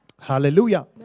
Hallelujah